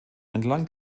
entlang